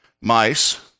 Mice